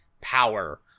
power